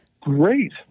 great